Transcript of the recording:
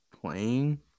playing